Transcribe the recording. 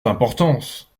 d’importance